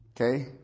okay